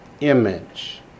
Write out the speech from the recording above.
image